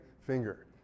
finger